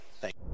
Thank